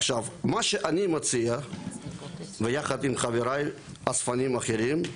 עכשיו, מה שאני מציע יחד עם חבריי אספנים אחרים,